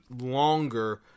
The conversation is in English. longer